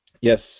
Yes